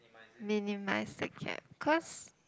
minimize the gap cause